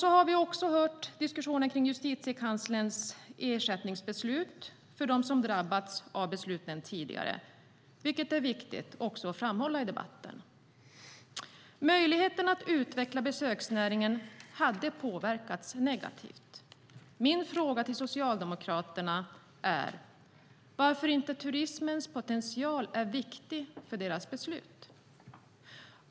Vi har också hört diskussionen om Justitiekanslerns ersättningsbeslut för dem som drabbats av besluten tidigare, vilket är viktigt att framhålla i debatten. Möjligheten att utveckla besöksnäringen hade påverkats negativt. Mina frågor till Socialdemokraterna är: Varför är inte turismens potential viktig för Socialdemokraternas beslut?